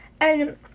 and-